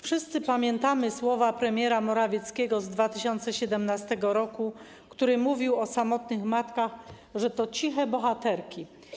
Wszyscy pamiętamy słowa premiera Morawieckiego z 2017 r., który mówił o samotnych matkach, że to ciche bohaterki.